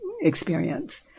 experience